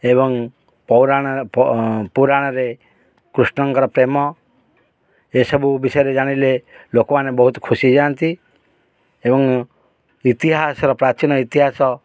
ଏବଂ ପୁରାଣରେ କୃଷ୍ଣଙ୍କର ପ୍ରେମ ଏସବୁ ବିଷୟରେ ଜାଣିଲେ ଲୋକମାନେ ବହୁତ ଖୁସି ହୋଇଯାଆନ୍ତି ଏବଂ ଇତିହାସର ପ୍ରାଚୀନ ଇତିହାସ